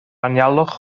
anialwch